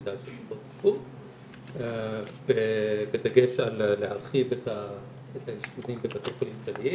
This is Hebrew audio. מדי של מיטות אשפוז בדגש על להרחיב את האשפוזים בבתי חולים כלליים.